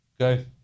Okay